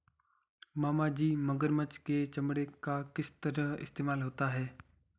मामाजी मगरमच्छ के चमड़े का किस तरह इस्तेमाल होता है?